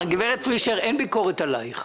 גברת פרישר, אין ביקורת עליך.